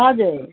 हजुर